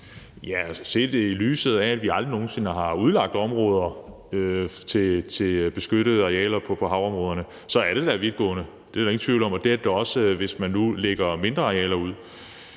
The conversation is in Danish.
Ja, set i lyset af at vi aldrig nogen sinde har udlagt områder til beskyttede arealer på havområderne, er det da vidtgående. Det er der ingen tvivl om. Og det er det da også, hvis man nu lægger mindre arealer ud